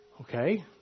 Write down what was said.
Okay